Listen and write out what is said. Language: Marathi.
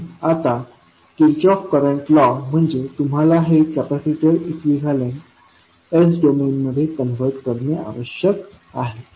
म्हणून आता किर्चहॉफ करंट लॉ म्हणजे तुम्हाला हे कॅपेसिटर इक्विवलन्ट s डोमेनमध्ये कन्व्हर्ट करणे आवश्यक आहे